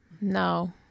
No